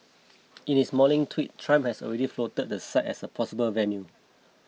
in his morning tweet Trump had already floated the site as a possible venue